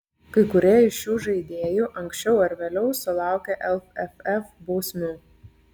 kai kurie iš šių žaidėjų anksčiau ar vėliau sulaukė lff bausmių